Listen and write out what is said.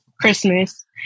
Christmas